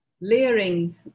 Layering